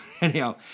anyhow